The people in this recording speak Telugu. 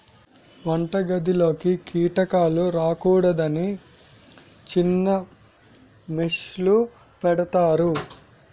వంటగదిలోకి కీటకాలు రాకూడదని చిన్న మెష్ లు పెడతారు